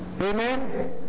Amen